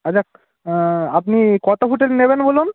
আচ্ছা আপনি কত ফুটের নেবেন বলুন